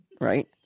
right